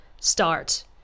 start